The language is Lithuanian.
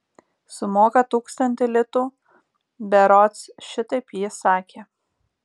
sumoka tūkstantį litų berods šitaip ji sakė